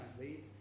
please